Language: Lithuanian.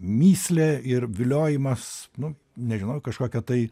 mįslė ir viliojimas nu nežinau į kažkokią tai